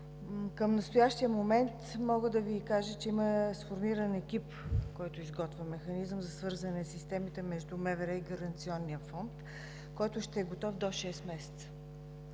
Към настоящия момент мога да Ви кажа, че има сформиран екип, който изготвя механизъм за свързване на системите между МВР и Гаранционния фонд, който ще е готов до шест месеца.